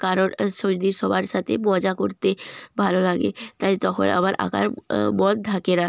কারণ সবার সাথে মজা করতে ভালো লাগে তাই তখন আমার আঁকার মন থাকে না